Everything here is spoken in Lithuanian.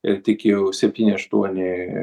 ir tik jau septyni aštuoni